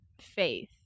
faith